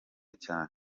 cyane